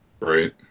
right